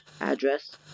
Address